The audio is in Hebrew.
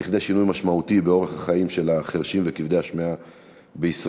לכדי שינוי משמעותי באורח החיים של החירשים וכבדי השמיעה בישראל.